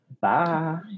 Bye